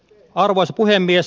arvoisa puhemies